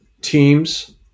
teams